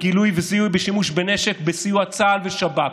גילוי וזיהוי בשימוש בנשק בסיוע צה"ל ושב"כ.